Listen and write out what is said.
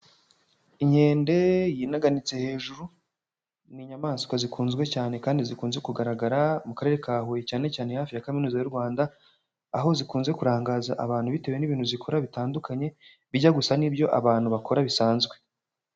Inkende yinaganitse hejuru; ni inyamaswa zikunzwe cyane kandi zikunze kugaragara mu Karere ka Huye, cyane cyane hafi ya Kaminuza y'u Rwanda; aho zikunze kurangaza abantu bitewe n'ibintu zikora bitandukanye, bijya gusa n'ibyo abantu bakora bisanzwe.